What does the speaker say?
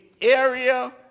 area